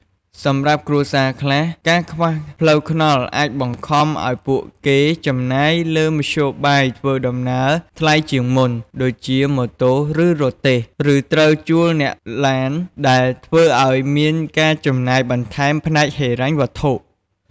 សម្រាប់គ្រួសារខ្លះ ការខ្វះផ្លូវថ្នល់អាចបង្ខំឱ្យពួកគេចំណាយលើមធ្យោបាយធ្វើដំណើរថ្លៃជាងមុន (ដូចជាម៉ូតូ ឬរទេះ) ឬត្រូវជួលអ្នកឡាន ដែលធ្វើអោយមានការចំណាយបន្ថែមផ្នែកហិរញ្ញវត្ថុ។